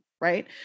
right